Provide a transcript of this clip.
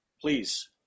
please